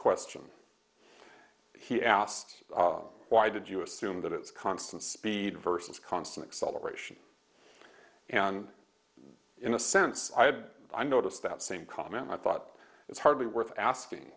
question he asked why did you assume that it was constant speed versus constant acceleration and in a sense i had i noticed that same comment i thought it's hardly worth asking